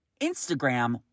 Instagram